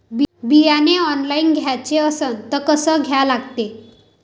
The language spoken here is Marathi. बियाने ऑनलाइन घ्याचे असन त कसं घ्या लागते?